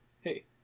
Hey